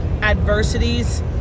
adversities